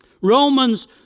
Romans